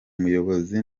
muyobozi